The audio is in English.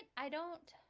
i don't